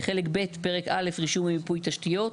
פרק א': רישום ומיפוי תשתיות.